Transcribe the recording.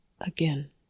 Again